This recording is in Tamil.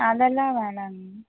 அதெல்லாம் வேணாங்க மேம்